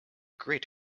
great